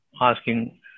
asking